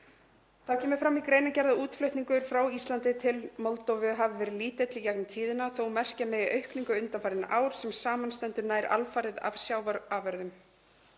Þá kemur fram í greinargerð að útflutningur frá Íslandi til Moldóvu hafi verið lítill í gegnum tíðina þó að merkja megi aukningu undanfarin ár sem samanstendur nær alfarið af sjávarafurðum.